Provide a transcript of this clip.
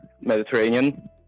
Mediterranean